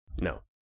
No